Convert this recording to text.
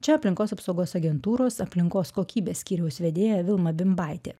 čia aplinkos apsaugos agentūros aplinkos kokybės skyriaus vedėja vilma bimbaitė